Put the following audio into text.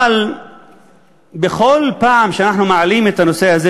אבל בכל פעם שאנחנו מעלים את הנושא הזה,